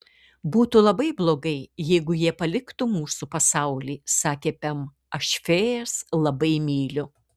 būtų labai blogai jeigu jie paliktų mūsų pasaulį sakė pem aš fėjas labai myliu